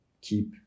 keep